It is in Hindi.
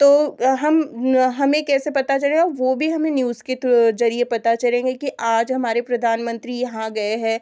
तो हम हमें कैसे पता चलेगा वह भी हमें न्यूज़ के थ्रू जरिए पता चरेंगे कि आज हमारे प्रधानमंत्री यहाँ गए हैं